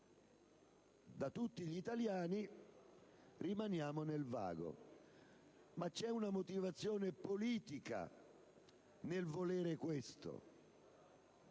da tutti gli italiani, rimaniamo nel vago. Ma c'è una motivazione politica nel volere questo.